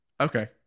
Okay